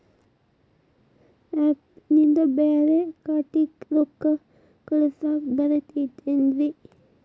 Phone pay app ನಿಂದ ಬ್ಯಾರೆ ಖಾತೆಕ್ ರೊಕ್ಕಾ ಕಳಸಾಕ್ ಬರತೈತೇನ್ರೇ?